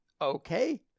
okay